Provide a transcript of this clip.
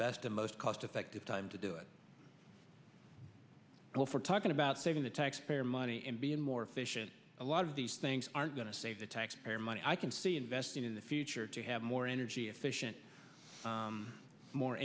best and most cost effective time to do it before talking about saving the taxpayer money and being more efficient a lot of these things are going to save the taxpayer money i can see investing in the future to have more energy efficient more